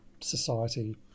society